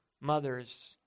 mothers